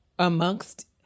amongst